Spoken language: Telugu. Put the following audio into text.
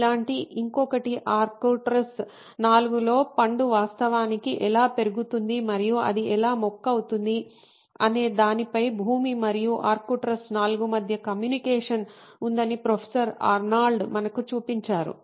ఇలాంటి ఇంకొకటి ఆర్క్టురస్ IV లో పండు వాస్తవానికి ఎలా పెరుగుతుంది మరియు అది ఎలా మొక్క అవుతుంది అనే దానిపై భూమి మరియు ఆర్క్టురస్ IV మధ్య కమ్యూనికేషన్ ఉందని ప్రొఫెసర్ ఆర్నాల్డ్ మనకు చూపించారు